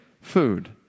food